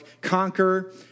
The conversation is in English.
conquer